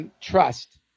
trust